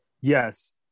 Yes